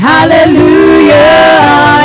Hallelujah